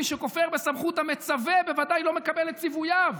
מי שכופר בסמכות המצווה בוודאי לא מקבל את ציווייו.